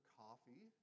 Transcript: coffee